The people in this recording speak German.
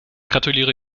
gratuliere